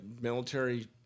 military